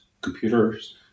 computers